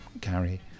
Gary